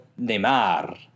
Neymar